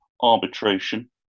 arbitration